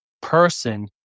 person